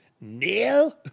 Neil